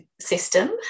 system